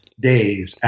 days